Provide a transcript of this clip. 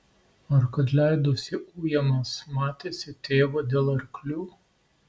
ar kad leidosi ujamas matėsi tėvo dėl arklių